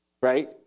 right